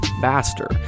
faster